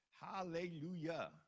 Hallelujah